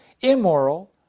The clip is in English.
Immoral